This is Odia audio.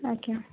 ଆଜ୍ଞା